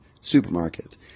Supermarket